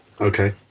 okay